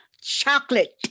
chocolate